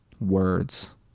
Words